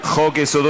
חברי חברי הכנסת,